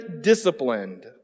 disciplined